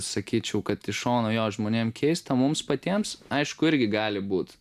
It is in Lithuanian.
sakyčiau kad iš šono jo žmonėm keista mums patiems aišku irgi gali būt